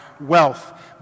wealth